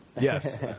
Yes